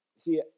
See